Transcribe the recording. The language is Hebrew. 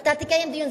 אתה תקיים דיון,